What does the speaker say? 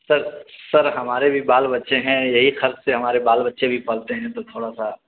سر sir ہمارے بھی بال بچے ہیں یہی خرچ سے ہمارے بال بچے بھی پلتے ہیں تو تھوڑا سا